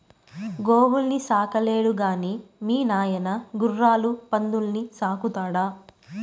గోవుల్ని సాకలేడు గాని మీ నాయన గుర్రాలు పందుల్ని సాకుతాడా